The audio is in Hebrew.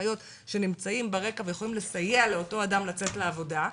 אחיות שנמצאים ברקע ויכולים לסייע לאותו אדם לצאת לעבודה,